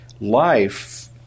life